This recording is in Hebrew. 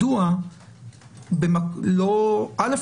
א',